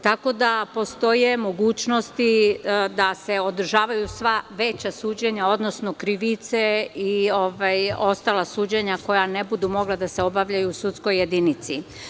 Tako da postoje mogućnosti da se održavaju sva veća suđenja, odnosno krivice i ostala suđenja koja ne budu mogla da se obavljaju u sudskoj jedinici.